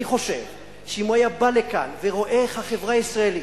אני חושב שאם הוא היה בא לכאן ורואה איך החברה הישראלית,